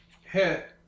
Hit